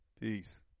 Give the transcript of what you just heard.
Peace